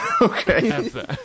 Okay